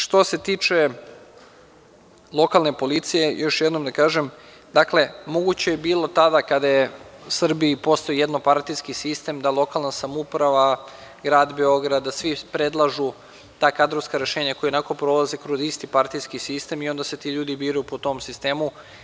Što se tiče lokalne policije, još jednom da kažem, dakle, moguće je bilo tada kada je u Srbiji postojao jednopartijski sistem da lokalna samouprava, Grad Beograd, da svi predlažu ta kadrovska rešenja, koja ionako prolaze kroz isti partijski sistem i da se ti ljudi biraju po tom sistemu.